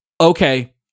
okay